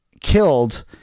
killed